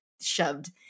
shoved